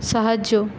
সাহায্য